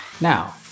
Now